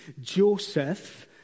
Joseph